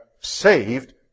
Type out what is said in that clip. saved